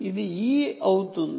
ఇది E అవుతుంది